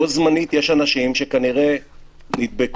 בו זמנית יש אנשים שכנראה נדבקו,